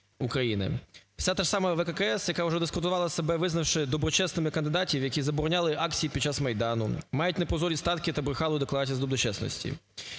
Це та ж сама ВККС, яка дискредитувала себе, визнавши доброчесними кандидатів, які забороняли акції під час Майдану, мають непрозорі статки та брехали у декларації з доброчесності.